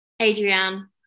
Adrienne